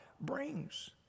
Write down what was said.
brings